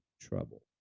trouble